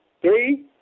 three